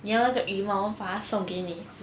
你要那个鱼吗我们把它送给你